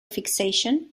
fixation